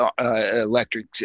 electric